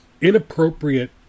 inappropriate